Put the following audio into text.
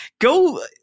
go